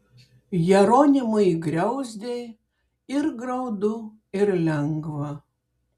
jeronimui griauzdei ir graudu ir lengva